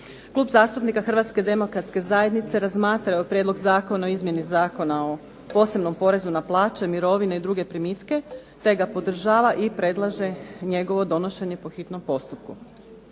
Klub zastupnika HDZ-a razmatrao je prijedlog Zakona o izmjeni Zakona o posebnom porezu na plaće, mirovine i druge primitke te ga podržava i predlaže njegovo donošenje po hitnom postupku.